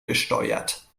besteuert